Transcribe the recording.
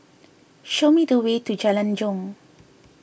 show me the way to Jalan Jong